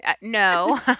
No